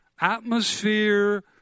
atmosphere